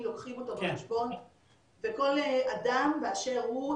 לוקחים אותו בחשבון וכל אדם באשר הוא,